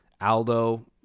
Aldo